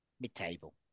Mid-table